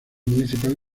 municipal